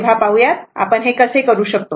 तेव्हा पाहूयात आपण हे कसे करू शकतो